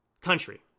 country